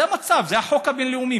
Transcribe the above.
זה המצב, זה החוק הבין-לאומי.